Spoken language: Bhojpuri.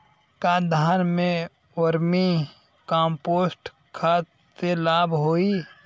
का धान में वर्मी कंपोस्ट खाद से लाभ होई?